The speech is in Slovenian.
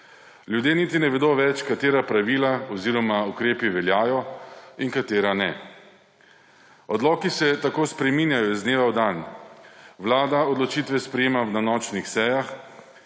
Ljudje niti ne vedo več, katera pravila oziroma ukrepi veljajo in katera ne. Odloki se tako spreminjajo z dneva v dan. Vlada odločitve sprejema na nočnih sejah,